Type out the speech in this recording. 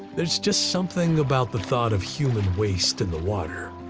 there's just something about the thought of human waste in the water.